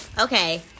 Okay